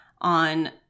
on